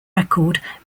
record